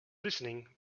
listening